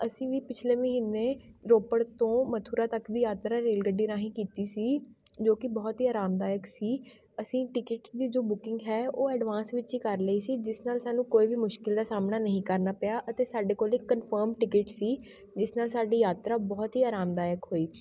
ਅਸੀਂ ਵੀ ਪਿਛਲੇ ਮਹੀਨੇ ਰੋਪੜ ਤੋਂ ਮਥੁਰਾ ਤੱਕ ਦੀ ਯਾਤਰਾ ਰੇਲਗੱਡੀ ਰਾਹੀਂ ਕੀਤੀ ਸੀ ਜੋ ਕਿ ਬਹੁਤ ਹੀ ਆਰਾਮਦਾਇਕ ਸੀ ਅਸੀਂ ਟਿਕਟਸ ਦੀ ਜੋ ਬੁਕਿੰਗ ਹੈ ਉਹ ਐਡਵਾਂਸ ਵਿੱਚ ਹੀ ਕਰ ਲਈ ਸੀ ਜਿਸ ਨਾਲ ਸਾਨੂੰ ਕੋਈ ਵੀ ਮੁਸ਼ਕਿਲ ਦਾ ਸਾਹਮਣਾ ਨਹੀਂ ਕਰਨਾ ਪਿਆ ਅਤੇ ਸਾਡੇ ਕੋਲ ਇੱਕ ਕੰਨਫਰਮ ਟਿਕਟ ਸੀ ਜਿਸ ਨਾਲ਼ ਸਾਡੀ ਯਾਤਰਾ ਬਹੁਤ ਹੀ ਆਰਾਮਦਾਇਕ ਹੋਈ